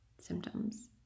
symptoms